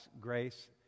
grace